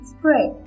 Spray